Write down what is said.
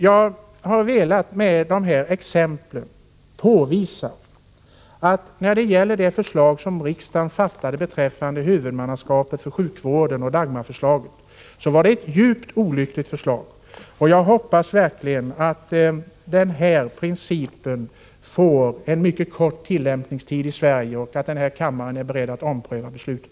Jag har med dessa exempel velat påvisa att det beslut som riksdagen fattade beträffande huvudmannaskapet för sjukvården och Dagmaröverenskommelsen var djupt olyckliga. Jag hoppas att överenskommelsen får en mycket kort tillämpningstid i Sverige och att kammaren är beredd att ompröva beslutet.